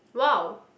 wow